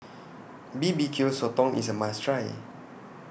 B B Q Sotong IS A must Try